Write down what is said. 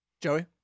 Joey